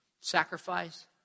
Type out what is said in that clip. sacrifice